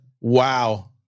Wow